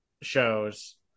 shows